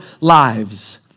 lives